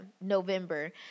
November